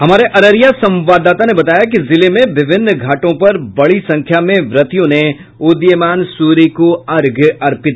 हमारे अररिया संवाददाता ने बताया कि जिले में विभिन्न घाटों पर बड़ी संख्या में व्रतियों ने उदीयमान सूर्य को अर्घ्य दिया